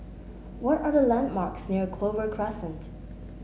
what are the landmarks near Clover Crescent